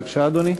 בבקשה, אדוני.